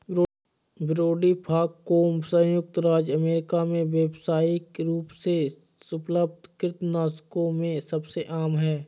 brodifacoum संयुक्त राज्य America में व्यावसायिक रूप से उपलब्ध कृंतकनाशकों में सबसे आम है